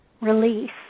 release